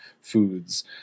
foods